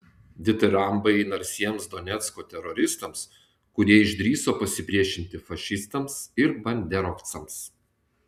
ditirambai narsiems donecko teroristams kurie išdrįso pasipriešinti fašistams ir banderovcams